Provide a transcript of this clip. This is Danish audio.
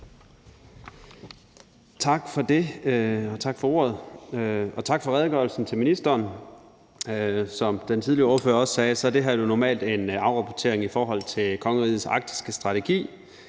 Tak for ordet, og tak til ministeren for redegørelsen. Som den tidligere ordfører også sagde, er det her jo normalt en afrapportering i forhold til kongerigets arktiske strategi.